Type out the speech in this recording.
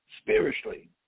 spiritually